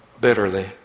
bitterly